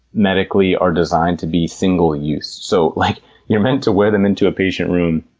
medically, are designed to be single use. so like you're meant to wear them into a patient room,